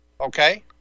Okay